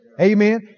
Amen